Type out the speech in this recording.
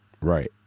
right